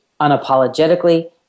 unapologetically